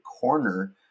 corner